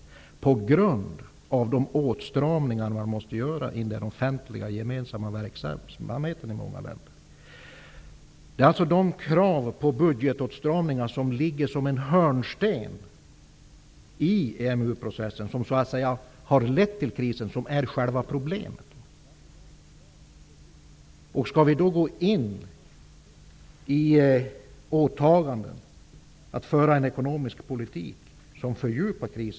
Det har man gjort på grund av de åtstramningar i den offentliga gemensamma verksamheten som många länder måste göra. Det är alltså de krav på budgetåtstramningar som ligger som en hörnsten i EMU-processen som har lett till krisen. De utgör själva problemet. Skall vi gå in i åtaganden att föra en ekonomisk politik som fördjupar krisen?